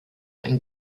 ein